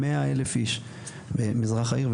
מאה אלף איש במזרח העיר,